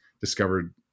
discovered